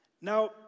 Now